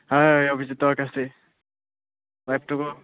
হয় অভিজিতৰ কাচে বাইকটো ক